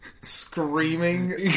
screaming